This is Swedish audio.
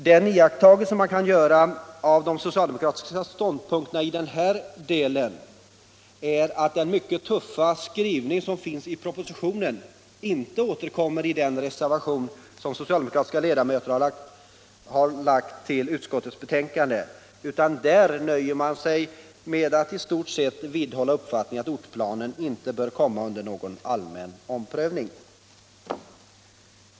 Den iakttagelse man kan göra av de socialdemokratiska ståndpunkterna i den här delen är att den mycket tuffa skrivning som finns i propositionen inte återkommer i den reservation som de socialdemokratiska ledamöterna har fogat vid betänkandet. Där har man i stort sett nöjt sig med att vidhålla uppfattningen att ortsplanen inte bör komma under allmän omprövning.